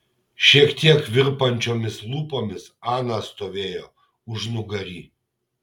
šiek tiek virpančiomis lūpomis ana stovėjo užnugary